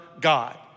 God